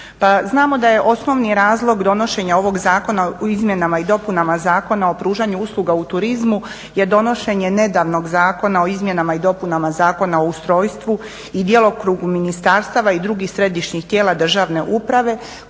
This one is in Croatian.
Znamo da je osnovni razlog donošenja ovog Zakona o izmjenama i dopunama Zakona o pružanju usluga u turizmu je donošenje nedavnog Zakona o izmjenama i dopunama Zakona o ustrojstvu i djelokrugu ministarstava i drugih središnjih tijela državne uprave